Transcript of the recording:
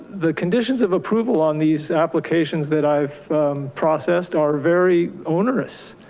the conditions of approval on these applications that i've processed are very onerous.